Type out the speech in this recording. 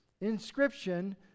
inscription